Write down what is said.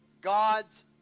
God's